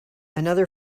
another